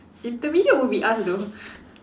intermediate would be us though